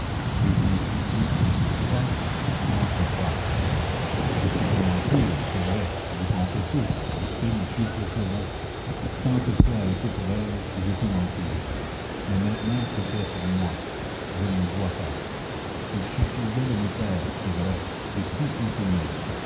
et je me suis dit toi n'entre pas je pouvais mentir c'est vrai vous tromper tous rester monsieur fauchelevent tant que cela a été pour elle j'ai pu mentir mais maintenant ce serait pour moi je ne le dois pas il suffisait de me taire c'est vrai et tout continuait